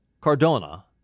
Cardona